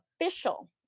official